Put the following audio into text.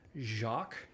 Jacques